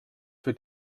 für